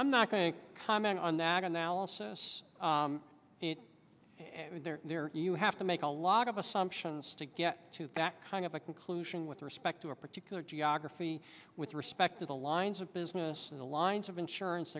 i'm not going to comment on that analysis it there you have to make a lot of assumptions to get to that kind of a conclusion with respect to a particular geography with respect to the lines of business and the lines of insurance